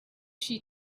she